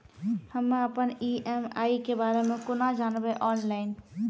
हम्मे अपन ई.एम.आई के बारे मे कूना जानबै, ऑनलाइन?